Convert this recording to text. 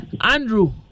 Andrew